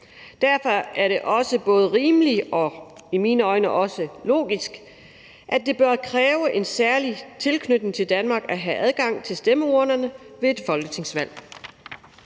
Derfor er det også rimeligt og i mine øjne også logisk, at det bør kræve en særlig tilknytning til Danmark at have adgang til stemmeurnerne ved et folketingsvalg.